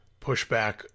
pushback